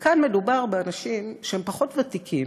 וכאן מדובר באנשים שהם פחות ותיקים,